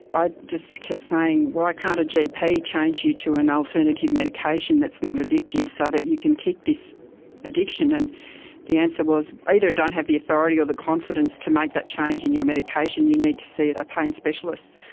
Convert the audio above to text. i just kept saying why can't a gp change you to an alternative medication that's not addictive so that you can kick this addiction. and the answer was either i don't have the authority or the confidence to make that change in your medication, you need to see a pain specialist'.